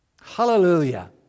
Hallelujah